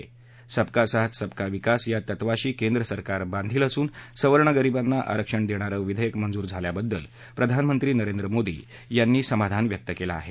सबका साथ सबका विकास या तत्वाशी केंद्रसरकार बांधील असून सवर्ण गरीबांना आरक्षण दर्पारं विधाक्र मंजूर झाल्याबद्दल प्रधानमंत्री नरेंद्र मोदी यांनी समाधान व्यक्त कलि आहे